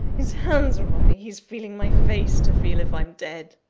his hands are on me he's feeling my face, to feel if i'm dead!